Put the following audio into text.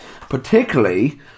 Particularly